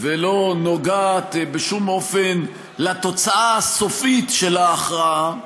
ולא נוגעת בשום אופן לתוצאה הסופית של ההכרעה,